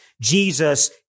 Jesus